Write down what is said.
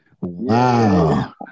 Wow